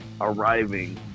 arriving